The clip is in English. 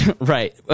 right